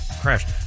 crashed